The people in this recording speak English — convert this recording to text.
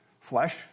flesh